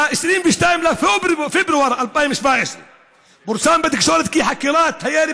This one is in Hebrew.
ב-22 בפברואר 2017 פורסם בתקשורת כי חקירת הירי